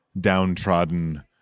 downtrodden